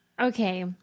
okay